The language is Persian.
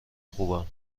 خوبم